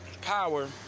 power